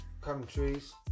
countries